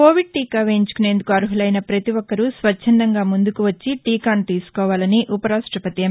Covid టీకా వేయించుకునేందుకు అర్నులైన పతి ఒక్కరూ స్వచ్చందంగా ముందుకు వచ్చి టీకాను తీసుకోవాలని ఉవరాష్షవతి ఎం